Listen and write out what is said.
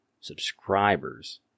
subscribers